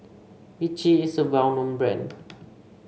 Vichy is a well known brand